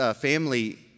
family